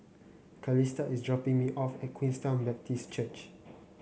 Calista is dropping me off at Queenstown Baptist Church